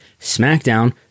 SmackDown